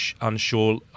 unsure